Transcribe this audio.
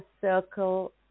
circle